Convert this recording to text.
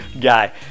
guy